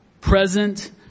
Present